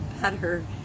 better